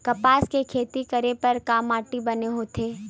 कपास के खेती करे बर का माटी बने होथे?